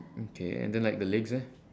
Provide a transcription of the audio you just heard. okay and then like the legs leh